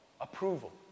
Approval